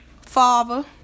father